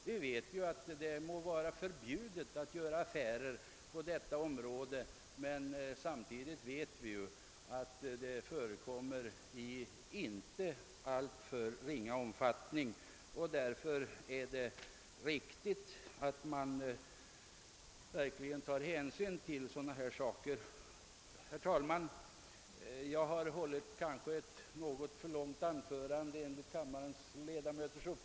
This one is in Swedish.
Vi vet ju att även om det är förbjudet att göra affärer på. detta område förekommer det ändå i inte alltför ringa omfattning. Herr talman! Jag har kanske enligt kammarledamöternas uppfattning hållit ett något för långt anförande.